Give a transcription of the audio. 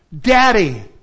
Daddy